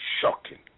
shocking